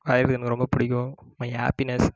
வரைகிறது எனக்கு ரொம்ப பிடிக்கும் மை ஹாப்பினஸ்